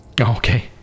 Okay